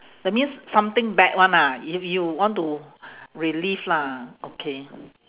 that means something bad one ah you you want to relive lah okay